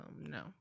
no